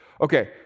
Okay